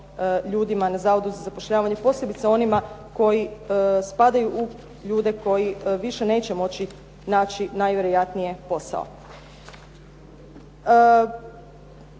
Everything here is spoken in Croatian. ljudima na Zavodu za zapošljavanje, posebice onima koji spadaju u ljude koji više neće moći naći najvjerojatnije posao.